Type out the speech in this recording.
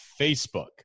Facebook